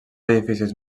edificis